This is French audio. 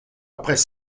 après